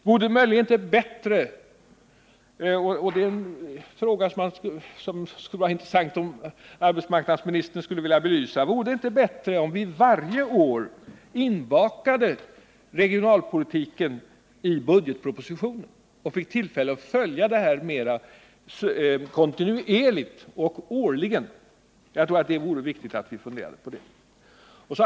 Vore det inte möjligen bättre — och det är en fråga som det skulle vara intressant att få höra arbetsmarknadsministern belysa — att vi varje år bakade in regionalpolitiken i budgetpropositionen, så att vi finge tillfälle att följa den mera kontinuerligt och årligen? Jag tror att det vore bra om vi funderade på detta.